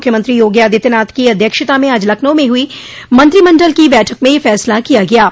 मुख्यमंत्री योगी आदित्यनाथ की अध्यक्षता में आज लखनऊ में हुई मंत्रिमंडल की बैठक में यह फैसला किया गया है